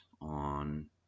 on